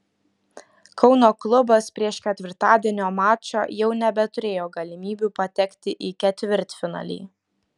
kauno klubas prieš ketvirtadienio mačą jau nebeturėjo galimybių patekti į ketvirtfinalį